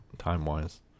time-wise